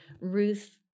Ruth